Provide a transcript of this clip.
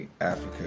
Africa